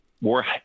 more